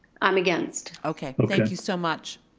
i'm against. okay. thank you so much.